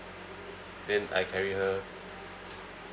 then I carry her